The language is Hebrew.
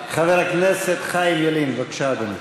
חבר הכנסת חיים ילין, בבקשה, אדוני.